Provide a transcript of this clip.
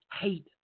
hate